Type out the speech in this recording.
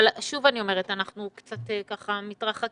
שוב אני אומרת שאנחנו קצת מתרחקים.